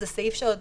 זה סעיף שעוד